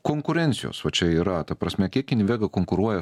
konkurencijos čia yra ta prasme kiek invega konkuruoja